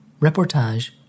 Reportage